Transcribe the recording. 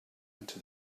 into